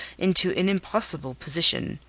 into an impossible position.